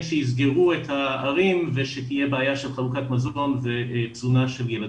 שיסגרו את הערים ושתהיה בעיה של חלוקת מזון ותזונה של ילדים.